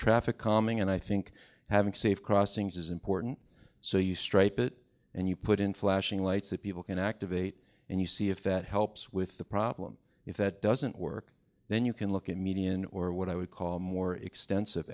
traffic calming and i think having safe crossings is important so you stripe it and you put in flashing lights that people can activate and you see if that helps with the problem if that doesn't work then you can look at median or what i would call more extensive